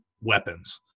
weapons